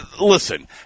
listen